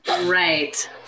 Right